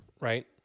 right